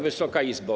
Wysoka Izbo!